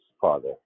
Father